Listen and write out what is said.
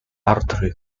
artery